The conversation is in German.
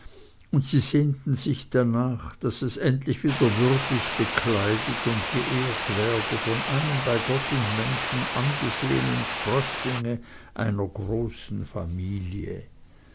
und sie sehnten sich danach daß es endlich wieder würdig bekleidet und geehrt werde von einem bei gott und menschen angesehenen sprößlinge einer großen familie